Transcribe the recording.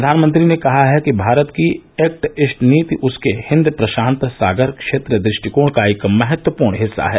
प्रधानमंत्री ने कहा है कि भारत की एक्ट ईस्ट नीति उसके हिन्द प्रशांत सागर क्षेत्र दु ष्टिकोण का एक महत्वपूर्ण हिस्सा है